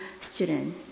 student